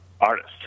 artist